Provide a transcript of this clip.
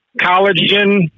collagen